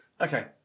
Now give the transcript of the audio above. Okay